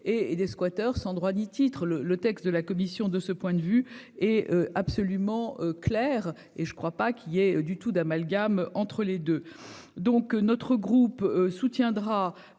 et des squatters sans droit ni titre le le texte de la commission de ce point de vue est absolument clair et je ne crois pas qu'il y ait du tout d'amalgame entre les deux. Donc, notre groupe soutiendra